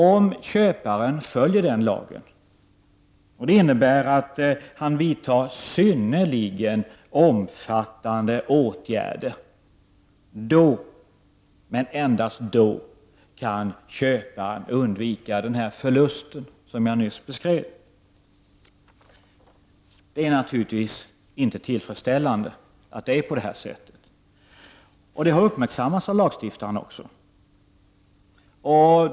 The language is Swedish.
Om köparen följer den lagen måste han vidta synnerligen omfattande åtgärder. Då, men endast då, kan köparen undvika den förlust som jag nu beskrev. Det här läget är naturligtvis inte tillfredsställande. Det har också uppmärksammats av lagstiftarna.